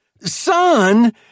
son